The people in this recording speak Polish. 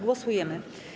Głosujemy.